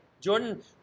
Jordan –